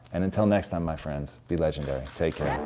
and until next time my friends, be legendary. take care.